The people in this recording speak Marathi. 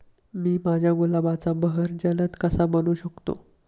मी माझ्या गुलाबाचा बहर जलद कसा बनवू शकतो?